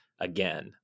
again